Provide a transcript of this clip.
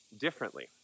differently